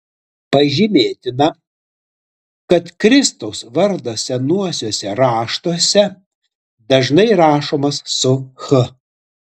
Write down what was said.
pažymėtina kad kristaus vardas senuosiuose raštuose dažnai rašomas su ch